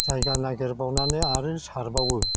जायगा नागिरबावनानै आरो सारबावो